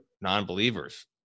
non-believers